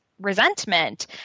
resentment